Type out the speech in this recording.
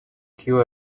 kill